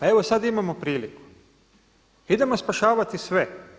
Evo sada imamo priliku, idemo spašavati sve.